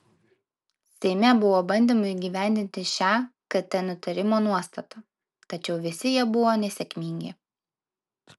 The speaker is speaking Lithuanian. seime buvo bandymų įgyvendinti šią kt nutarimo nuostatą tačiau visi jie buvo nesėkmingi